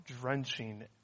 drenching